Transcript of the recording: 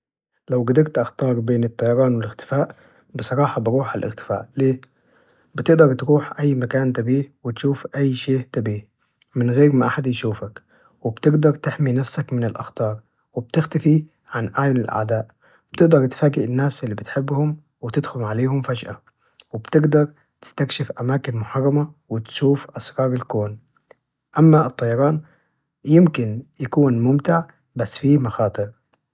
لو قدرت أختار بين الطيران والإختفاء بصراحة بروح على الإختفاء ليه؟ بتقدر تروح أي مكان تبيه، وتشوف أي شيء تبيه من غير ما أحد يشوفك، وبتقدر تحمي نفسك من الأخطار وبتختفي عن أعين الأعداء، بتقدر تفاجئ الناس إللي بتحبهم وتدخل عليهم فجأة، وبتقدر تستكشف أماكن محرمة وتشوف أسرار الكون، أما الطيران يمكن يكون ممتع بس فيه مخاطر.